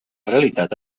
realitat